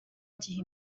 gihe